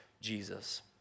Jesus